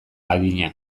adina